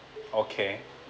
okay